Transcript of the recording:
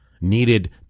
needed